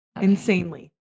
Insanely